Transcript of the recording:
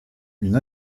une